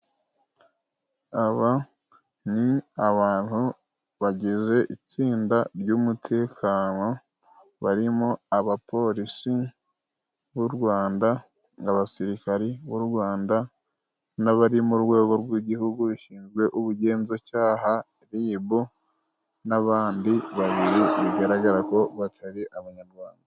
Aba ni abantu bagize itsinda ry'umutekano, barimo abapolisi b'u rwanda, n abasirikari b'u rwanda, n'abari mu rwego rw'igihugu rushinzwe ubugenzacyaha Rib, n'abandi babiri bigaragara ko batari abanyarwanda.